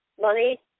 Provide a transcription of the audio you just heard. Money